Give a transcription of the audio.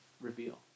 reveal